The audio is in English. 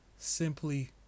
Simply